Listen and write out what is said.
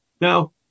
now